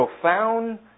profound